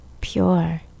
pure